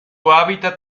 hábitat